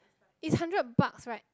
is hundred bucks right